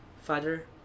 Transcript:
Father